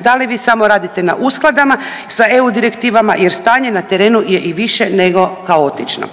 da li vi samo radite na uskladama sa EU direktivama, jer stanje na terenu je i više nego kaotično.